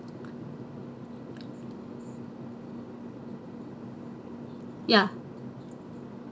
ya